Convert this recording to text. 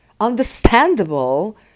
understandable